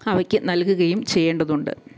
അവയ്ക്ക് നൽകുകയും ചെയ്യേണ്ടതുണ്ട്